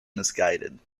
misguided